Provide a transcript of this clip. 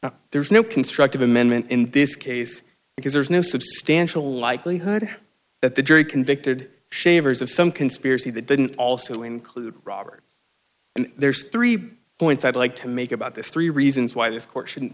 issue there is no constructive amendment in this case because there is no substantial likelihood that the jury convicted shavers of some conspiracy that didn't also include robert and there's three points i'd like to make about this three reasons why this court shouldn't